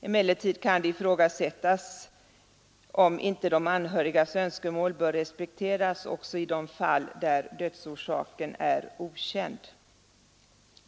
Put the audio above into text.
Emellertid kan det ifrågasättas om inte de anhörigas önskemål bör respekteras också i de 131 fall där dödsorsaken är okänd.